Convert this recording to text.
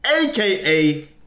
aka